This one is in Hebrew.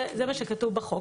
זה מה שכתוב בחוק